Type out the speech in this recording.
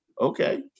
okay